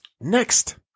Next